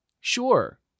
sure